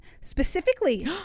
Specifically